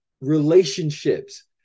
relationships